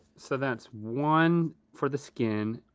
so that's one for the skin.